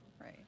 Right